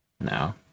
No